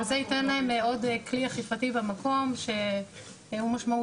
וזה ייתן להם עוד כלי אכיפתי במקום שהוא משמעותי,